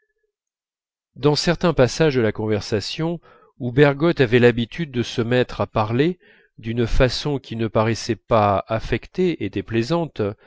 dans certains passages de la conversation où bergotte avait l'habitude de se mettre à parler d'une façon qui ne paraissait pas affectée et déplaisante